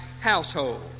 household